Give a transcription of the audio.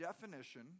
definition